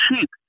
cheap